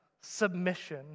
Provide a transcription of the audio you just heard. submission